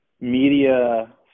media